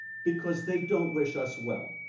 because they don't wish us well.